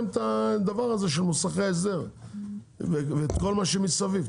את הדבר הזה של מוסכי ההסדר ואת כל מה שמסביב.